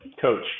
coach